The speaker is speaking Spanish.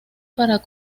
para